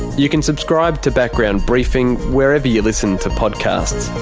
you can subscribe to background briefing wherever you listen to podcasts,